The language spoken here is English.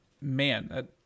man